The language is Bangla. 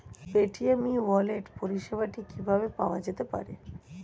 পেটিএম ই ওয়ালেট পরিষেবাটি কিভাবে পাওয়া যেতে পারে?